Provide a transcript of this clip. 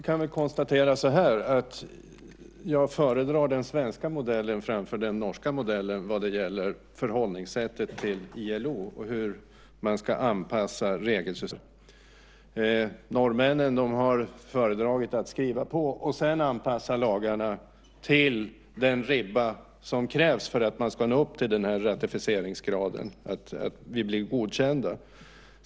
Herr talman! Jag kan väl säga att jag föredrar den svenska modellen framför den norska modellen vad gäller förhållningssättet till ILO och hur man ska anpassa regelsystem och lagar. Norrmännen har föredragit att skriva på och sedan anpassa lagarna till den ribba som krävs för att nå upp till ratificeringsgraden för att bli godkänd.